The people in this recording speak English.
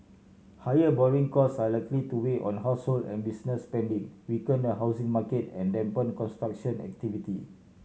higher borrowing cost are likely to weigh on household and business spending weaken the housing market and dampen construction activity